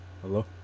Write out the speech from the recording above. Hello